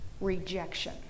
rejection